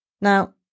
Now